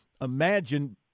imagine